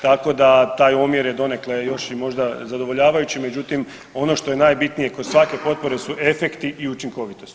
Tako da taj omjer je donekle još i možda zadovoljavajući međutim ono što je najbitnije kod svake potpore su efekti i učinkovitost.